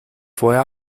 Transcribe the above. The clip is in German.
vorher